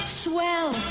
swell